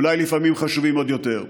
אולי לפעמים חשובים עוד יותר.